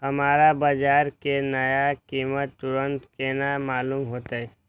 हमरा बाजार के नया कीमत तुरंत केना मालूम होते?